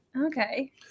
okay